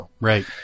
Right